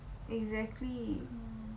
exactly